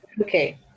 Okay